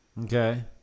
Okay